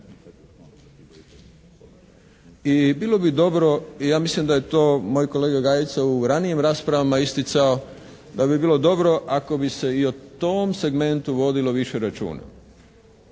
I bilo bi dobro i ja mislim da je to moj kolega Gajica u ranijim raspravama isticao da bi bilo dobro ako bi se i o tom segmentu vodilo više računa.